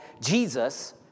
Jesus